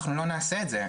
אנחנו לא נעשה את זה,